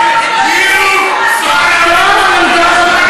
טוהר המידות,